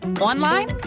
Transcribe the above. online